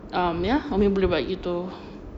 um ya umi boleh buat gitu